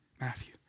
Matthew